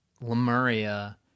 Lemuria